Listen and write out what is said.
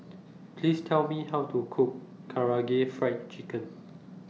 Please Tell Me How to Cook Karaage Fried Chicken